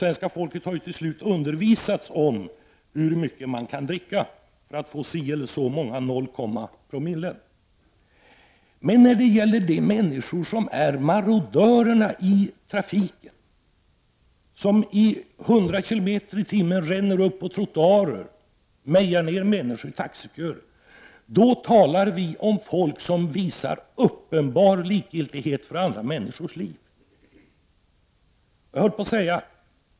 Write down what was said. Svenska folket har till slut undervisats om hur mycket man kan dricka för att få si eller så många tiondels promille. Men när vi talar om marodörerna i trafiken, de som i 100 km/tim ränner upp på trottoarer och mejar ned människor i taxiköer, då talar vi om människor som visar uppenbar likgiltighet för andras liv.